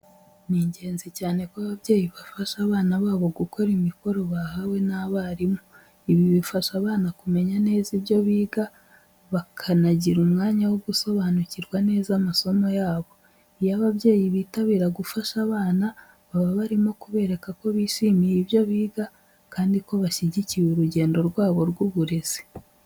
Ni ingenzi cyane ko ababyeyi bafasha abana babo gukora imikoro bahawe n'abarimu. Ibi bifasha abana kumenya neza ibyo biga, bakanagira umwanya wo gusobanukirwa neza amasomo yabo. Iyo ababyeyi bitabira gufasha abana, baba barimo kubereka ko bishimiye ibyo biga kandi ko bashyigikiye urugendo rwabo rw’uburezi.